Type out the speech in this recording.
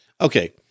Okay